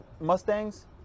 Mustangs